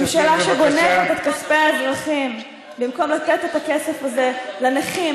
ממשלה שגונבת את כספי האזרחים במקום לתת את הכסף הזה לנכים,